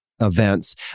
events